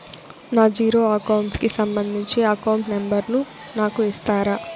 నా zero account కి సంబంధించి అకౌంట్ నెంబర్ ను నాకు ఇస్తారా